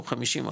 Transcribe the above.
או 50 אחוז,